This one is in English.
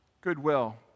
goodwill